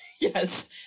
yes